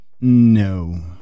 No